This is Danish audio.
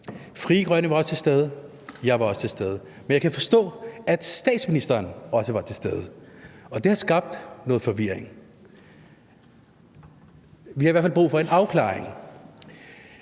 Frie Grønne var også til stede, jeg var også til stede. Men jeg kan forstå, at statsministeren også var til stede, og det har skabt noget forvirring. Vi har i hvert fald brug for en afklaring.